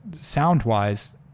sound-wise